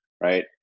Right